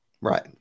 Right